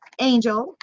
Angel